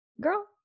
girl